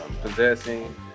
possessing